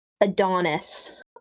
adonis